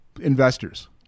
investors